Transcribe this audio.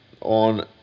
on